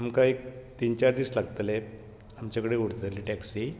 आमकां एक तीन चार दीस लागतले आमचे कडेन उरतली टैक्सी